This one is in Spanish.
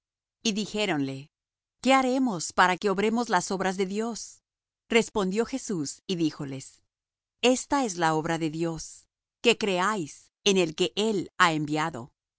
y dijéronle qué haremos para que obremos las obras de dios respondió jesús y díjoles esta es la obra de dios que creáis en el que él ha enviado